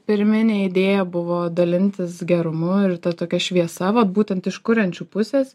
pirminė idėja buvo dalintis gerumu ir ta tokia šviesa va būtent iš kuriančių pusės